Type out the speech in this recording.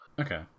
Okay